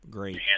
Great